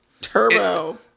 Turbo